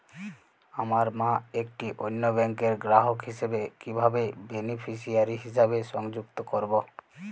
আমার মা একটি অন্য ব্যাংকের গ্রাহক হিসেবে কীভাবে বেনিফিসিয়ারি হিসেবে সংযুক্ত করব?